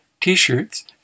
T-shirts